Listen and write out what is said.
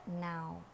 now